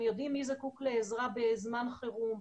הם יודעים מי זקוק לעזרה בזמן חירום,